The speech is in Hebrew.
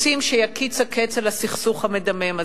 רוצים שיקיץ הקץ על הסכסוך המדמם הזה.